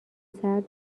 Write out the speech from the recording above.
سرد